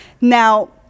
Now